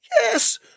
Yes